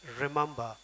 remember